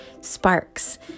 sparks